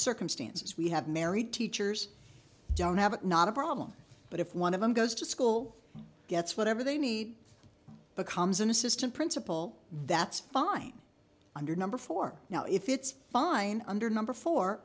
circumstances we have married teachers don't have it not a problem but if one of them goes to school gets whatever they need becomes an assistant principal that's fine under number four now if it's fine under number fo